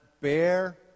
bear